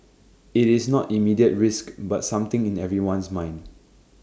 IT is not immediate risk but something in everyone's mind